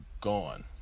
gone